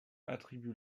attribuent